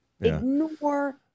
Ignore